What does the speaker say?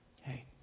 Hey